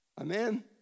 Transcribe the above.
Amen